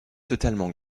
totalement